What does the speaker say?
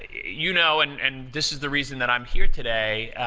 you know, and and this is the reason that i'm here today,